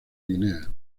guinea